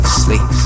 sleep